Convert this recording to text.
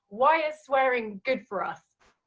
why is swearing good for us?